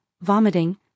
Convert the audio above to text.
vomiting